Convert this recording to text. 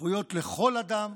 זכויות לכל אדם.